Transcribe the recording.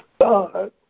God